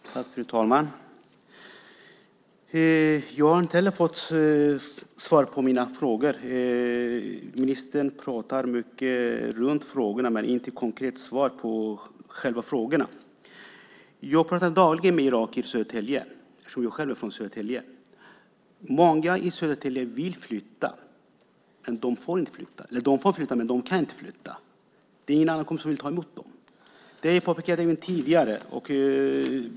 Fru talman! Jag har inte heller fått svar på mina frågor. Ministern pratar mycket runt frågorna men ger inte konkreta svar på själva frågorna. Jag pratar dagligen med irakier i Södertälje, eftersom jag själv är från Södertälje. Många i Södertälje vill flytta, men de får inte flytta. De får flytta, men de kan inte flytta. Det är ingen annan kommun som vill ta emot dem. Det har jag påpekat även tidigare.